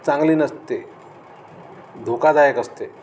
चांगली नसते धोकादायक असते